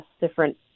different